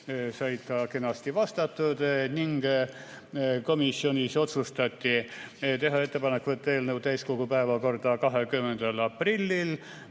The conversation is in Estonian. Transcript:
said ka kenasti vastatud. Komisjonis otsustati teha ettepanek võtta eelnõu täiskogu päevakorda 20. aprillil,